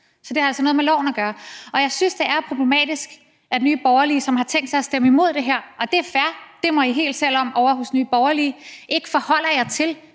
Så det har altså noget med loven at gøre. Jeg synes, det er problematisk, at Nye Borgerlige, som har tænkt sig at stemme imod det her – og det er fair, det må I helt selv om ovre hos Nye Borgerlige – ikke forholder sig til,